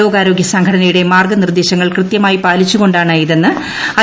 ലോകാരോഗൃ സംഘടനയുടെ മാർഗ്ഗ നിർദ്ദേശങ്ങൾ കൃത്യമായി പാലിച്ചുകൊാണ് ഇതെന്ന് ഐ